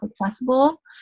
accessible